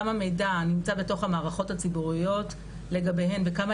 כמה מידע נמצא בתוך המערכות הציבוריות לגביהן וכמה